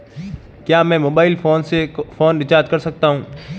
क्या मैं mobile phone से फोन रिचार्ज कर सकता हूं?